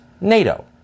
NATO